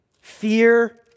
fear